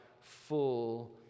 full